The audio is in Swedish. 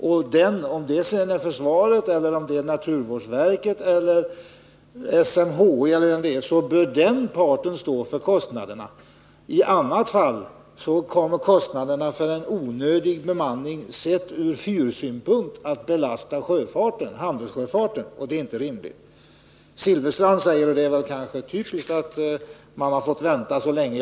Om det är försvaret, naturvårdsverket, SMHI eller någon annan, så bör den parten stå för kostnaderna. I annat fall kommer kostnaderna för en onödig bemanning, sett ur fyrsynpunkt, att belasta handelssjöfarten. Det är inte rimligt. Bengt Silfverstrand säger, och det är typiskt, att man fått vänta så länge.